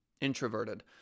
introverted